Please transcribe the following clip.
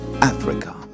africa